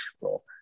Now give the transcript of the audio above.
role